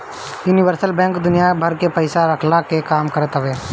universal bank दुनिया भर के पईसा रखला के काम करत हवे